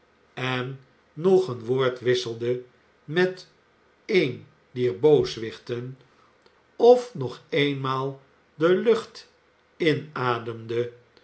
en nog een woord wisseldet met een dier booswichten of nog eenmaal de lucht inademdet